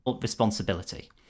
responsibility